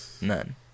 None